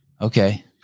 Okay